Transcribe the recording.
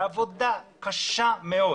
בעבודה קשה מאוד